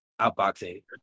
outboxing